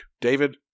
David